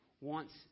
wants